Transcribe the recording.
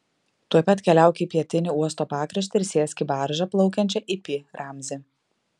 tuoj pat keliauk į pietinį uosto pakraštį ir sėsk į baržą plaukiančią į pi ramzį